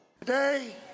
Today